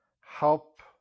help